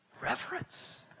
Reverence